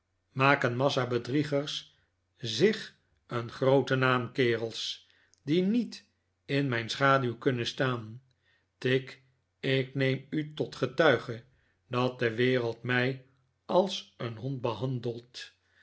massa's bedriegers zich een grooten naam kerels die niet in mijn schaduw kunnen staan tigg ik neem u tot getuige dat de wereld mij als een hond behandelt